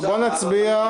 בואו נצביע.